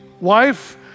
wife